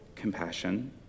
compassion